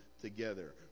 together